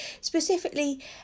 specifically